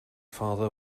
father